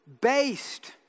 based